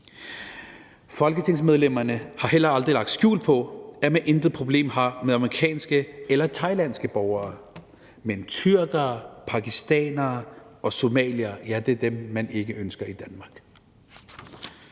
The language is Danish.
Folketingsmedlemmerne har heller aldrig lagt skjul på, at man intet problem har med amerikanske eller thailandske borgere, men tyrkere, pakistanere og somaliere er dem, man ikke ønsker i Danmark.